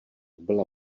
byla